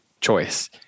choice